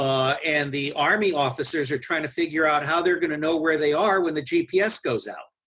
and the army officers are trying to figure out how they are going to know where they are when the gps goes out.